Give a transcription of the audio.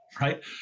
right